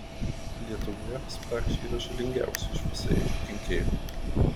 lietuvoje spragšiai yra žalingiausi iš visaėdžių kenkėjų